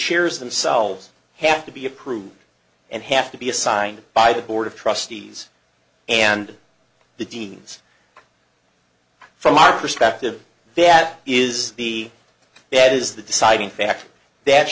chairs themselves have to be approved and have to be assigned by the board of trustees and the deans from our perspective that is the that is the deciding factor that